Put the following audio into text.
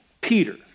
Peter